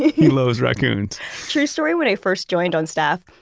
he loves raccoons true story, when i first joined on staff,